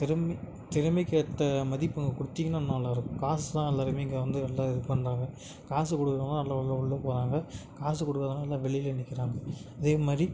திறமை திறமைக்கு ஏற்ற மதிப்பு அங்கே கொடுத்திங்கன்னா நல்லா இருக்கும் காசு தான் எல்லோருமே இங்கே வந்து நல்லா இது பண்ணுறாங்க காசு கொடுக்குறவங்களாம் நல்லா உள்ள உள்ள போகிறாங்க காசு கொடுக்காதவங்களாம் எல்லாம் வெளியில் நிற்கிறாங்க அதே மாதிரி